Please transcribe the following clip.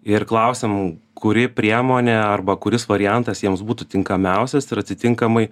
ir klausiam kuri priemonė arba kuris variantas jiems būtų tinkamiausias ir atitinkamai